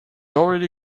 already